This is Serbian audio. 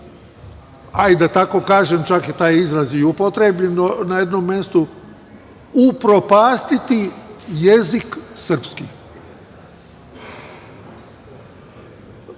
da tako kažem, čak je taj izraz i upotrebljen na jednom mestu, upropastiti jezik srpski.